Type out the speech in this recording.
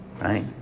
right